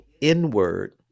inward